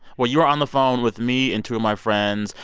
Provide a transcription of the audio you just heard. well, you're on the phone with me and two my friends,